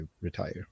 retire